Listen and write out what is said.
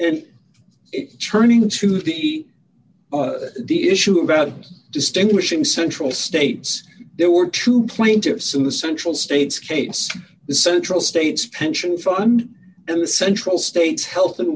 and turning to the the issue about distinguishing central states there were two plaintiffs in the central state's case the central state's pension fund and the central state's health and